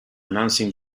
announcing